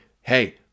hey